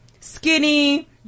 skinny